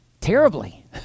terribly